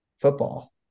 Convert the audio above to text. football